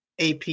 AP